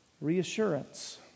reassurance